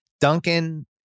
Duncan